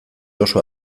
oso